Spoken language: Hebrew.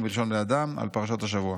"פרשת השבוע בלשון בני אדם" על פרשת השבוע.